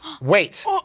wait